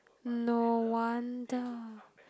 no wonder